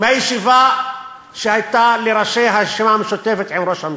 מהישיבה שהייתה לראשי הרשימה המשותפת עם ראש הממשלה.